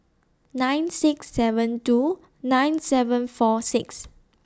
nine six seven two nine seven four six